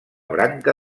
branca